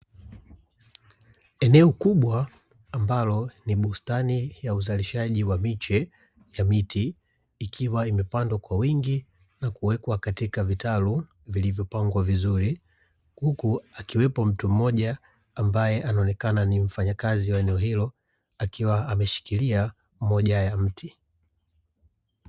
Eneo kubwa ambalo ni bustani ya uzalishaji wa miche ya miti, ikiwa imepandwa kwa wingi na kuwekwa katika vitalu vilivyopangwa vizuri, huku akiwepo mtu mmoja ambaye anaonekana ni mfanyakazi wa eneo hilo akiwa ameshikilia moja ya mti.